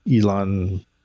Elon